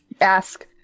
ask